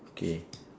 okay